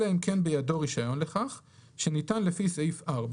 אלא אם כן בידו רישיון לכך שניתן לפי סעיף 4